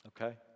Okay